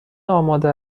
آماده